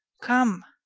come!